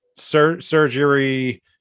Surgery